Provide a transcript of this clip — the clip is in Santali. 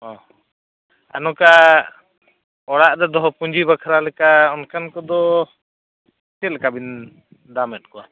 ᱚ ᱟᱨ ᱱᱚᱝᱠᱟ ᱚᱲᱟᱜ ᱨᱮ ᱫᱚᱦᱚ ᱯᱩᱸᱡᱤ ᱵᱟᱠᱷᱨᱟ ᱞᱮᱠᱟ ᱚᱱᱠᱟᱱ ᱠᱚᱫᱚ ᱪᱮᱫ ᱞᱮᱠᱟᱵᱤᱱ ᱫᱟᱢᱮᱫ ᱠᱚᱣᱟ